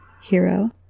Hero